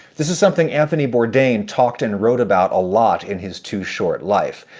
this is something anthony bourdain talked and wrote about a lot in his too-short life.